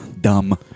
dumb